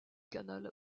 canal